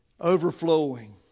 overflowing